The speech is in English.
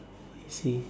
I see